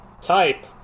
type